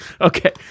Okay